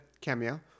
cameo